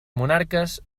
monarques